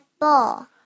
ball